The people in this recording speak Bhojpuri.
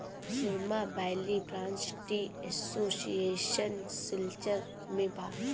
सुरमा valley branch tea association Silchar में बा